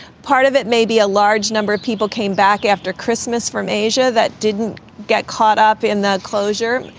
part of it may be a large number of people came back after christmas from asia that didn't get caught up in that closure.